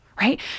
right